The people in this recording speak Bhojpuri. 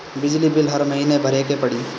बिजली बिल हर महीना भरे के पड़ी?